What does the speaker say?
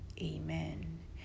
Amen